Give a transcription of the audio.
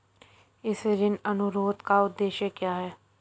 इस ऋण अनुरोध का उद्देश्य क्या है?